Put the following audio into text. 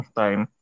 time